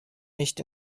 nicht